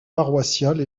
paroissiale